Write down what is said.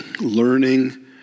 learning